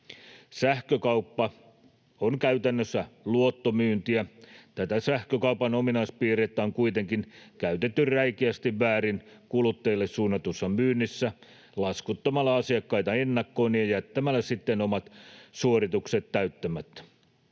Sähkökauppa on käytännössä luottomyyntiä. Tätä sähkökaupan ominaispiirrettä on kuitenkin käytetty räikeästi väärin kuluttajille suunnatussa myynnissä laskuttamalla asiakkaita ennakkoon ja jättämällä sitten omat suoritukset täyttämättä.